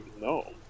No